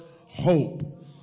hope